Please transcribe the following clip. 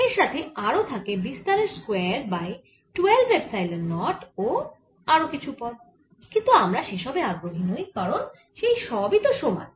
এর সাথে আরও থাকে বিস্তারের স্কয়ার বাই 12 এপসাইলন 0 ও আরও পদ কিন্তু আমরা সেসবে আগ্রহী নই কারণ সেই সব তো সমান